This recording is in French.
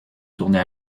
tournait